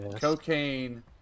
cocaine